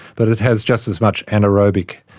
but it has just as much anaerobic